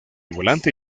volante